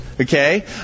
Okay